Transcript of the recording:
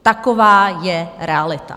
Taková je realita.